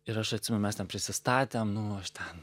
ir aš atsimenu mes ten prisistatėm nu aš ten